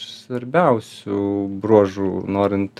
svarbiausių bruožų norint